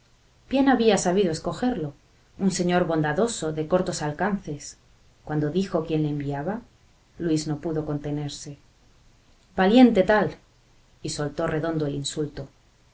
bien había sabido escogerlo un señor bondadoso de cortos alcances cuando dijo quién le enviaba luis no pudo contenerse valiente tal y soltó redondo el insulto